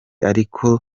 ariko